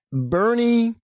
Bernie